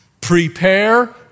prepare